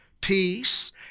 peace